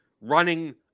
running